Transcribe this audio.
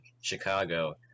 Chicago